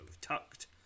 tucked